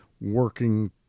working